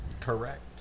correct